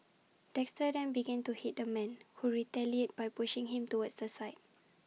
Dexter then began to hit the man who retaliated by pushing him towards the side